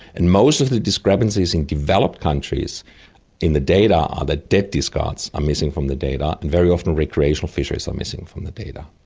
and most of the discrepancies in developed countries in the data are the dead discards are missing from the data. and very often recreational fisheries are missing from the data.